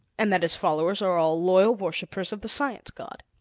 and that his followers are all loyal worshippers of the science god.